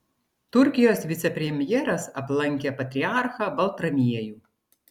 turkijos vicepremjeras aplankė patriarchą baltramiejų